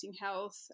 health